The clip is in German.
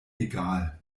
egal